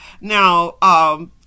Now